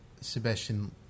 Sebastian